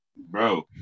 Bro